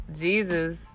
Jesus